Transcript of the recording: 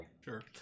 Sure